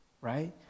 right